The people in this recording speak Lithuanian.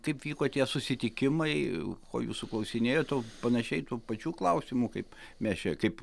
kaip vyko tie susitikimai ko jūsų klausinėjo to panašiai tų pačių klausimų kaip mes čia kaip